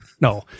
No